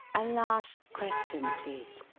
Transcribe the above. a last question, please.